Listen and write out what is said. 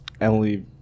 Emily